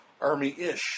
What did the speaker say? Army-ish